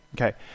Okay